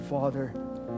Father